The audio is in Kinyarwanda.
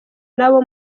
n’abo